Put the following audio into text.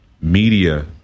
media